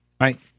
Right